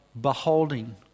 beholding